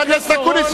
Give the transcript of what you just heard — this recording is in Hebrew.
חבר הכנסת אקוניס,